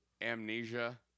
Amnesia